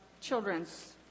children's